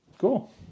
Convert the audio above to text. Cool